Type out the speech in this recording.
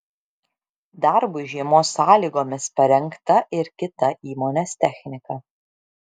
darbui žiemos sąlygomis parengta ir kita įmonės technika